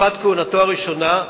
תקופת כהונתו הראשונה,